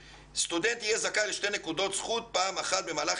"סטודנט יהיה זכאי לשתי נקודות זכות פעם אחת במהלך